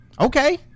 Okay